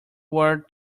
war